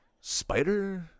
spider